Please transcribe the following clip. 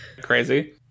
Crazy